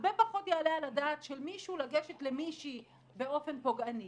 הרבה פחות יעלה על הדעת של מישהו לגשת למישהי באופן פוגעני.